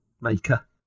maker